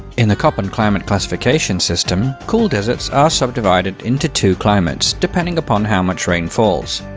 in the koppen climate classification system, cool deserts are subdivided into two climates, depending upon how much rain falls.